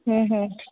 হুম হুম